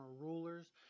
rulers